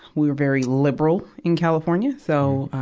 we were very liberal in california. so, ah,